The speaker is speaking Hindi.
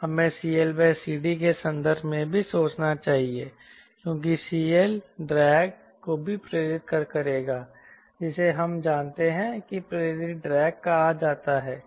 हमें CLCD के संदर्भ में भी सोचना चाहिए क्योंकि CL ड्रैग को भी प्रेरित करेगा जिसे हम जानते हैं कि प्रेरित ड्रैग कहा जाता है